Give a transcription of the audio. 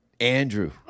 Andrew